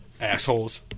Assholes